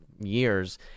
years